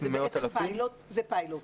זה פיילוט.